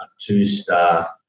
two-star